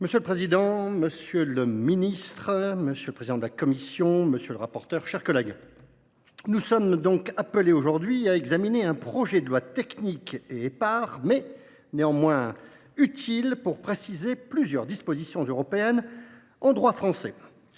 Monsieur le président, monsieur le ministre, monsieur le président de la commission, monsieur le rapporteur, mes chers collègues, nous sommes appelés aujourd’hui à examiner un projet de loi technique et épars, mais utile pour préciser plusieurs dispositions européennes en droit français.